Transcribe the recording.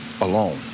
alone